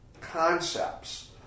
concepts